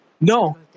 No